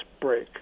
break